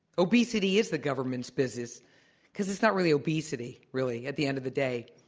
obesity is the government's business because it's not really obesity, really, at the end of the day.